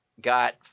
got